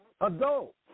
adult